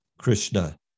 Krishna